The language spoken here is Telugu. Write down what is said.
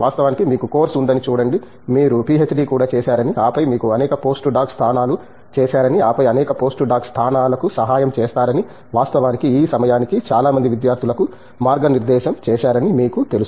వాస్తవానికి మీకు కోర్సు ఉందని చూడండి మీరు పిహెచ్డి కూడా చేశారని ఆపై మీరు అనేక పోస్ట్డాక్ స్థానాలు చేశారని ఆపై అనేక పోస్ట్డాక్ స్థానాలకు సహాయం చేస్తారని వాస్తవానికి ఈ సమయానికి చాలా మంది విద్యార్థులకు మార్గనిర్దేశం చేశారని మీకు తెలుసు